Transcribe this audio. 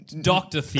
doctor